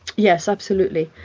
yes, absolutely.